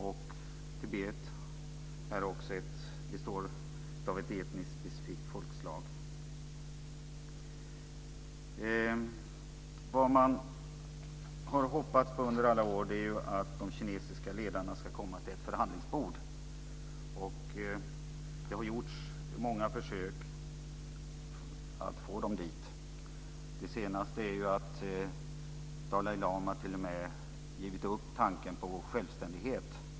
Tibet består av ett etniskt specifikt folkslag. Under alla år har man hoppats på att de kinesiska ledarna ska komma till ett förhandlingsbord. Det har gjorts många försök att få dem dit. Det senaste är att Dalai lama t.o.m. har givit upp tanken på självständighet.